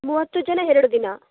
ಮೂವತ್ತು ಜನ ಎರಡು ದಿನ